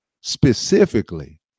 specifically